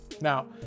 Now